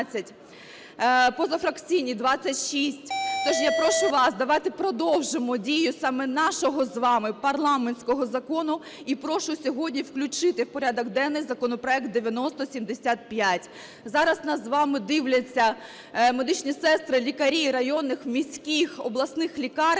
позафракційні – 26. Тож я прошу вас, давайте продовжимо дію саме нашого з вами парламентського закону. І прошу сьогодні включити в порядок денний законопроект 9075. Зараз нас з вами дивляться медичні сестри, лікарі районних, міських, обласних лікарень,